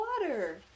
Water